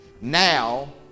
Now